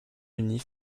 unis